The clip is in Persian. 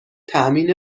تأمین